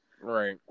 right